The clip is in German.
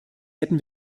hätten